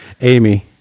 Amy